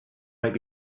might